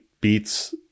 beats